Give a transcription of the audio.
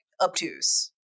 obtuse